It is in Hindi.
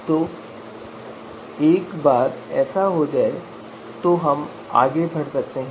तो एक बार ऐसा हो जाए तो हम आगे बढ़ सकते हैं